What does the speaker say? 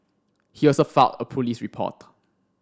he also filed a police report